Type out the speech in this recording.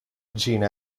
gene